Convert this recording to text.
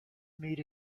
met